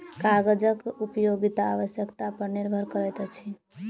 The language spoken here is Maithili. कागजक उपयोगिता आवश्यकता पर निर्भर करैत अछि